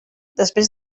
després